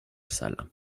salle